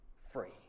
free